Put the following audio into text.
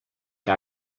que